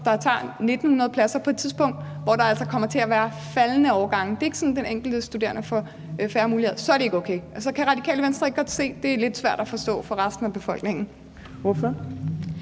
der tager 1.900 pladser – på et tidspunkt, hvor der altså kommer til at være faldende årgange, for det er ikke sådan, at den enkelte studerende får færre muligheder – så er det ikke okay? Kan Radikale Venstre ikke godt se, at det er lidt svært at forstå for resten af befolkningen?